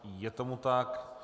Je tomu tak.